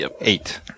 Eight